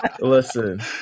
Listen